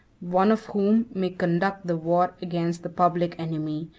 one of whom may conduct the war against the public enemy,